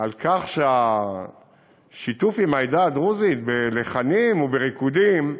על השיתוף עם העדה הדרוזית בלחנים ובריקודים,